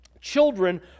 Children